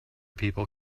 people